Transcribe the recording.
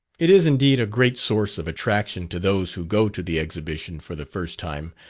it is indeed a great source of attraction to those who go to the exhibition for the first time,